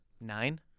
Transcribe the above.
nine